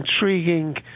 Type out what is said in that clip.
intriguing